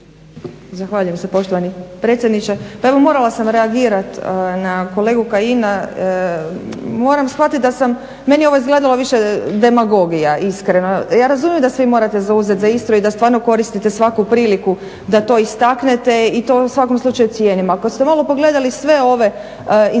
Zahvaljujem se poštovani predsjedniče. Pa evo, morala sam reagirati na kolegu Kajina, moram shvatiti da sam, meni je ovo izgledalo više demagogija, iskreno. Ja razumijem da se vi morate zauzeti za Istru i da stvarno koristite svaku priliku da to istaknete i to u svakom slučaju cijenim. Ako ste malo pogledati sve ove inspekcijske